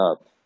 up